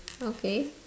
okay